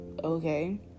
Okay